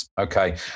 Okay